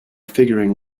figuring